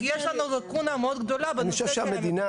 יש לנו לקונה מאוד גדולה --- אני חושב שהמדינה,